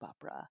opera